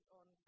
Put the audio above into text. on